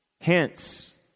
Hence